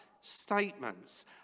statements